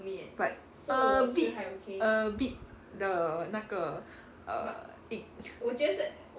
but a bit a bit 的那个 err 硬